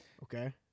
Okay